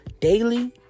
daily